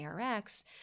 ARX